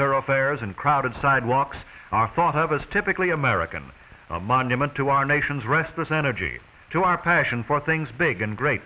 thoroughfares and crowded sidewalks are thought of as typically american a monument to our nation's restless energy to our passion for things big and great